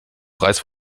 preis